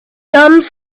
some